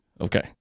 Okay